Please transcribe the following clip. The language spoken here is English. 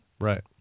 Right